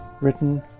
written